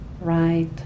Right